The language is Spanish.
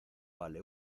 vale